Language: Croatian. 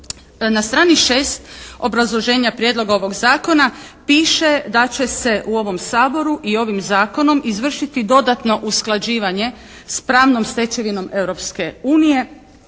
Na strani 6 obrazloženja prijedloga ovog zakona, piše da će se u ovom Saboru i ovim zakonom izvršiti dodatno usklađivanje s pravnom stečevinom